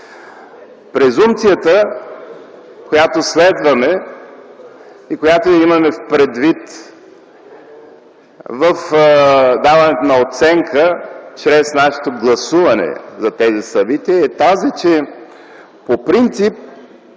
Презумпцията, която следваме и която имаме предвид в даването на оценка чрез нашето гласуване за тези събития, е тази, че по принцип